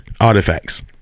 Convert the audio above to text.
artifacts